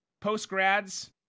Post-grads